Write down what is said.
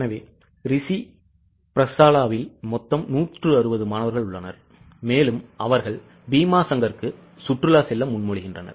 எனவே ரிஷி பிரஷாலாவில் மொத்தம் 160 மாணவர்கள் உள்ளனர் மேலும் அவர்கள் பீமாசங்கர்கு சுற்றுலா செல்ல முன்மொழிகின்றனர்